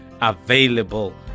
available